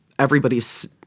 everybody's